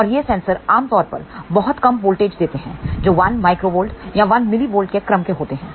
और ये सेंसर आम तौर पर बहुत कम वोल्टेज देते हैं जो 1 µV या 1 mV के क्रम के होते हैं